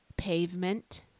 pavement